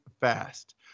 fast